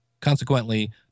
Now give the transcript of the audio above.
consequently